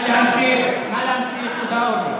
דן, נא להחליף את הכותרת.